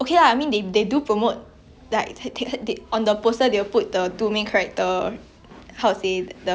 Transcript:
their faces and all that then you will know who is the main characters lah but then like you know like cause got one I watch it's another one it's what what's it called ah